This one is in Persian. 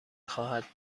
خواهد